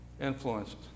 influenced